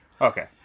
Okay